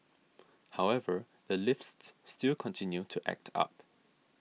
however the lifts still continue to act up